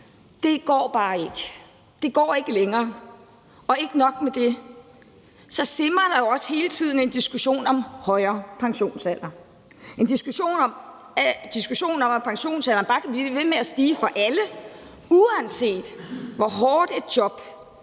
Det går bare ikke. Det går ikke længere. Ikke nok med det simrer der også hele tiden en diskussion om højere pensionsalder. Det er en diskussion om, at pensionsalderen bare kan blive ved med at stige for alle, uanset hvor hårdt et job man